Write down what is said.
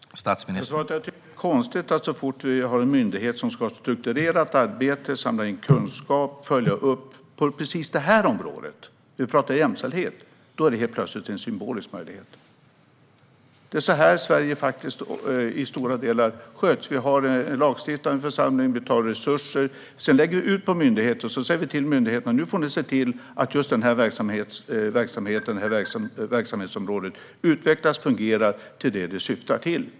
Herr talman! Jag tycker att det är konstigt att så fort vi ska ha en myndighet som ska strukturera ett arbete, samla in kunskap och följa upp på jämställdhetsområdet är det symboliskt. Det är ju så här Sverige till stor del sköts. Vi har en lagstiftande församling, vi tar resurser och sedan säger vi till myndigheterna att de får se till att verksamhetsområdet utvecklas och fungerar till det som det syftar till.